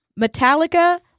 Metallica